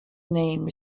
name